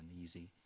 easy